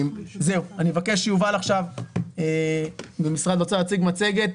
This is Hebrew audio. אני מבקש שיובל ממשרד האוצר יציג את המצגת